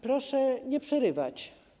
Proszę nie przerywać.